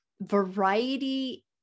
variety